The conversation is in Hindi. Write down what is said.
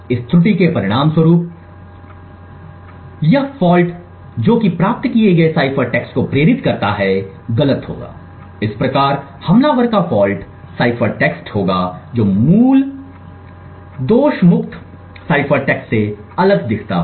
इस त्रुटि के परिणामस्वरूप या यह फॉल्ट जो कि प्राप्त किए गए साइफर टेक्स्ट को प्रेरित करता है गलत होगा इस प्रकार हमलावर का फॉल्ट साइफर टेक्स्ट होगा जो मूल दोष मुक्त साइफर टेक्स्ट से अलग दिखता है